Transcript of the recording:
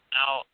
Now